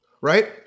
right